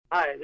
Hi